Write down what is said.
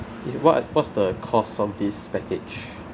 is what what's the cost of this package